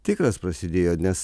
tikras prasidėjo nes